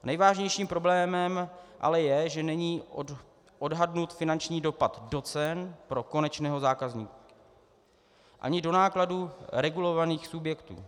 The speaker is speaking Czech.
Nejvážnějším problémem ale je, že není odhadnut finanční dopad do cen pro konečného zákazníka ani do nákladů regulovaných subjektů.